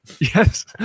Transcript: Yes